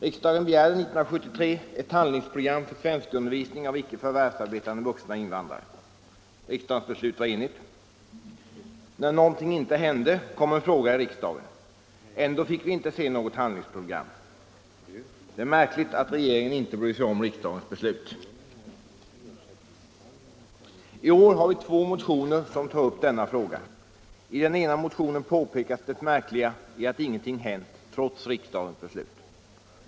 Riksdagen begärde 1973 ett handlingsprogram för svenskundervisning av icke förvärvsarbetande vuxna invandrare. Riksdagens beslut var enigt. När inget hände kom det en fråga i riksdagen. Ändå fick vi inte se något handlingsprogram. Det är märkligt att regeringen inte bryr sig om riksdagens beslut. I år tas denna fråga åter upp i två motioner. I den ena motionen påpekas det märkliga i att ingenting hänt trots riksdagens beslut.